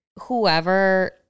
whoever